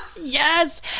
Yes